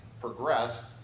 progress